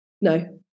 No